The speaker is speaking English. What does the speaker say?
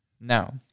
Now